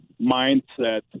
mindset